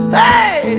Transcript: hey